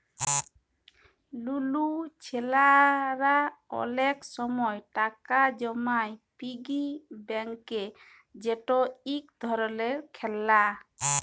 লুলু ছেইলারা অলেক সময় টাকা জমায় পিগি ব্যাংকে যেট ইক ধরলের খেললা